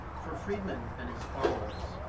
for friedman and his followers,